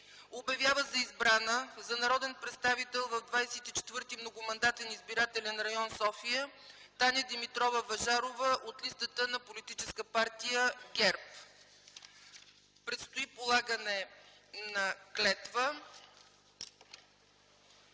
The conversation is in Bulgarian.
Обявява за избрана за народен представител в 24. Многомандатен избирателен район – София, Таня Димитрова Въжарова от листата на политическа партия ГЕРБ.” Предстои полагане на клетва.